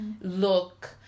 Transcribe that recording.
look